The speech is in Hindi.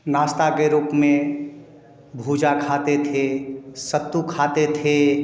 नाश्ता के रूप में भुजा खाते थे सत्तू खाते थे